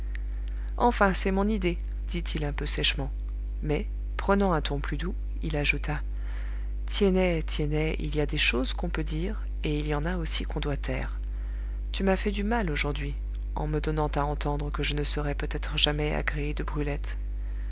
enfin c'est mon idée dit-il un peu sèchement mais prenant un ton plus doux il ajouta tiennet tiennet il y a des choses qu'on peut dire et il y en a aussi qu'on doit taire tu m'as fait du mal aujourd'hui en me donnant à entendre que je ne serais peut-être jamais agréé de